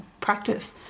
practice